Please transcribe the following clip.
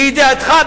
לידיעתך,